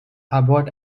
abbott